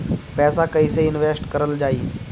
पैसा कईसे इनवेस्ट करल जाई?